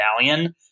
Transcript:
medallion